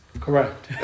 Correct